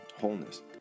wholeness